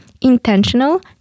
intentional